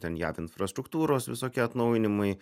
ten jav infrastruktūros visokie atnaujinimai